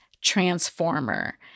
transformer